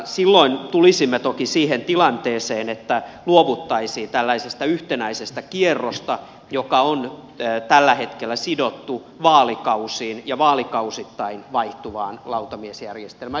silloin tulisimme toki siihen tilanteeseen että luovuttaisiin yhtenäisestä kierrosta joka on tällä hetkellä sidottu vaalikausiin ja vaalikausittain vaihtuvaan lautamiesjärjestelmään